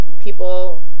People